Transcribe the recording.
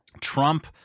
Trump